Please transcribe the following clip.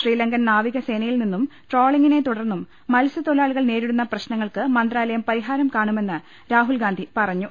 ശ്രീലങ്കൻ നാവികസേനയിൽ നിന്നും ട്രോളി ങ്ങിനെ തുടർന്നും മത്സ്യത്തൊഴിലാളികൾ നേരിടുന്ന പ്രശ്ന ങ്ങൾക്ക് മന്ത്രാലയം പരിഹാരം കാണുമെന്ന് രാഹുൽഗാന്ധി പറ ഞ്ഞു